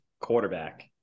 quarterback